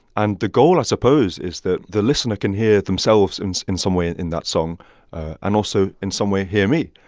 and the goal, i suppose, is that the listener can hear themselves in in some way in that song and also, in some way, hear me.